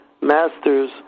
masters